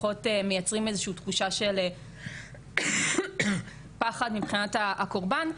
פחות מייצרים איזשהו תחושה של פחד מבחינת הקורבן,